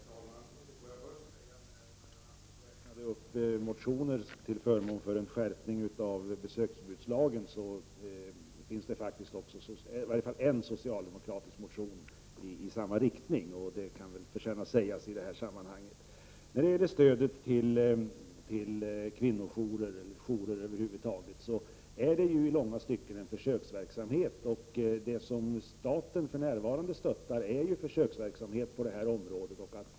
Herr talman! När Marianne Andersson räknade upp motioner till förmån för en skärpning av besöksförbudslagen så kan det väl förtjänas sägas i sammanhanget att det finns åtminstone en socialdemokratisk motion i samma riktning. När det gäller stödet till jourer är ju de i långa stycken en försöksverksamhet. Det som staten för närvarande stöttar är ju en försöksverksamhet på det här området.